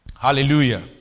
Hallelujah